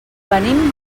venim